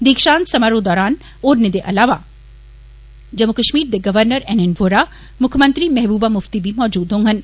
दीक्षांत समारोह दौरान होरने दे अलावा जम्मू कश्मीर दे गवर्नर एन एन वोहरा मुक्खमंत्री महबूबा मुफ्ती बी मौजूद रौह्गंन